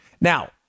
Now